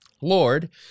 Lord